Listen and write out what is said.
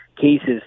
cases